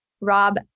Rob